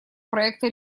проекта